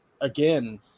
again